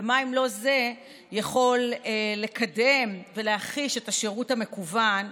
ומה אם לא זה יכול לקדם ולהחיש את השירות המקוון,